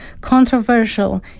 controversial